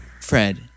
Fred